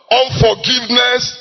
unforgiveness